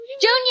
Junior